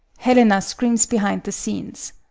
helena screams behind the scenes.